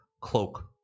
cloak